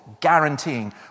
guaranteeing